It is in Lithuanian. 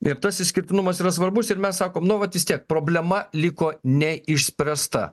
ir tas išskirtinumas yra svarbus ir mes sakom nu vat vis tiek problema liko neišspręsta